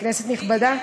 כנסת נכבדה,